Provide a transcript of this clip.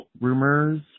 rumors